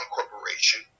Corporation